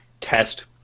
test